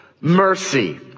mercy